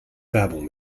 werbung